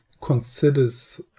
considers